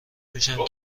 میشیم